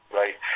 right